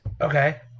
Okay